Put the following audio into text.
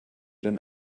denn